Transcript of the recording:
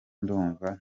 ndumva